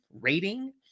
rating